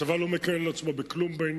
הצבא לא מקל על עצמו בעניין,